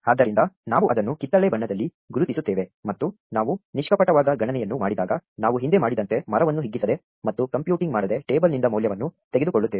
ಆದ್ದರಿಂದ ನಾವು ಅದನ್ನು ಕಿತ್ತಳೆ ಬಣ್ಣದಲ್ಲಿ ಗುರುತಿಸುತ್ತೇವೆ ಮತ್ತು ನಾವು ನಿಷ್ಕಪಟವಾದ ಗಣನೆಯನ್ನು ಮಾಡಿದಾಗ ನಾವು ಹಿಂದೆ ಮಾಡಿದಂತೆ ಮರವನ್ನು ಹಿಗ್ಗಿಸದೆ ಮತ್ತು ಕಂಪ್ಯೂಟಿಂಗ್ ಮಾಡದೆ ಟೇಬಲ್ನಿಂದ ಮೌಲ್ಯವನ್ನು ತೆಗೆದುಕೊಳ್ಳುತ್ತೇವೆ